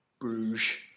Bruges